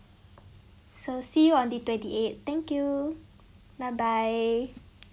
so see you on the twenty eight thank you bye bye